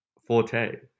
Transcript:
forte